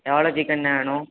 எவ்வளோ சிக்கன்ணே வேணும்